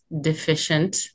deficient